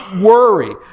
worry